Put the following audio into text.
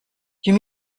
you